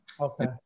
Okay